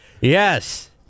Yes